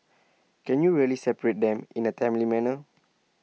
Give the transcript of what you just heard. can you really separate them in A timely manner